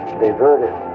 diverted